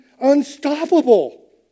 unstoppable